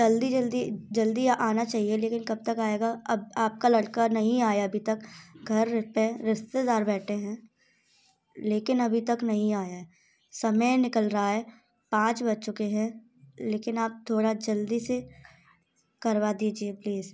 जल्दी जल्दी जल्दी आना चाहिए लेकिन कब तक आएगा अब आपका लड़का नहीं आया अभी तक घर पर रिश्तेदार बैठे हैं लेकिन अभी तक नहीं आया है समय निकल रहा है पाँच बज चुके हैं लेकिन आप थोड़ा जल्दी से करवा दीजिए प्लीज़